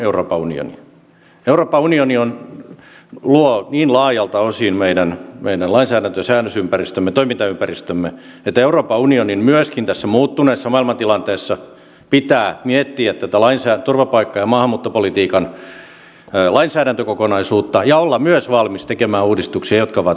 euroopan unioni luo niin laajoilta osin meidän säännösympäristömme toimintaympäristömme että myöskin euroopan unionin pitää tässä muuttuneessa maailmantilanteessa miettiä tätä turvapaikka ja maahanmuuttopolitiikan lainsäädäntökokonaisuutta ja olla myös valmis tekemään uudistuksia jotka ovat välttämättömiä